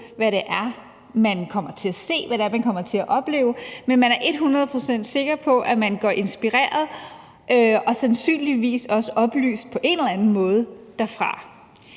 hvad det er, man kommer til at opleve, men man er et hundrede procent sikker på, at man går inspireret og sandsynligvis også på en eller anden måde oplyst